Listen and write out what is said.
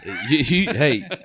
Hey